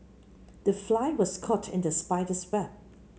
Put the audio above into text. the fly was caught in the spider's web